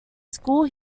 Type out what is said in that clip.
school